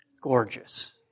gorgeous